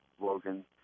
Logan